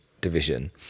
Division